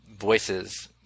voices